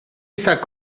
ezak